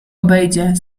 obejdzie